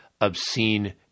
obscene